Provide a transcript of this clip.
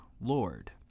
Lord